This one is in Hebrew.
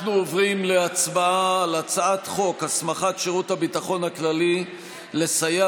אנחנו עוברים להצבעה על הצעת חוק הסמכת שירות הביטחון הכללי לסייע